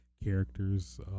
characters